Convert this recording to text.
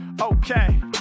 Okay